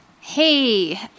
Hey